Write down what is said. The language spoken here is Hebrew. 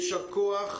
יישר כוח.